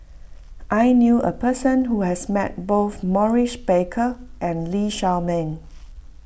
I knew a person who has met both Maurice Baker and Lee Shao Meng